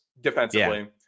defensively